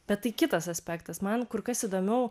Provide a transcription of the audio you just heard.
bet tai kitas aspektas man kur kas įdomiau